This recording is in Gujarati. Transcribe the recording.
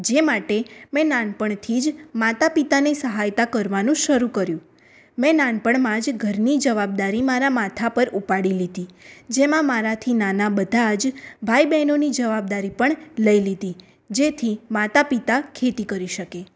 જે માટે મેં નાનપણથી જ માતા પિતાની સહાયતા કરવાનું શરું કર્યું મેં નાનપણમાં જ ઘરની જવાબદારી મારા માથા પર ઉપાડી લીધી જેમાં મારાથી નાના બધાં જ ભાઈ બેહનોની જવાબદારી પણ લઇ લીધી જેથી માતા પિતા ખેતી કરી શકે